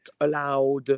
allowed